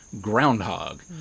groundhog